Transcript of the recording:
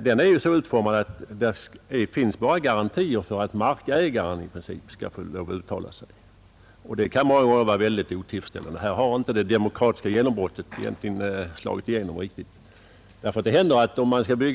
den är så utformad att det i princip bara finns garantier för att markägaren skall få lov att uttala sig i ett planärende. Den ordningen kan många gånger vara mycket otillfredsställande. Det demokratiska genombrottet har inte fått full verkan på detta område.